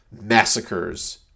massacres